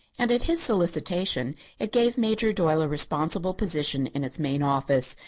and at his solicitation it gave major doyle a responsible position in its main office,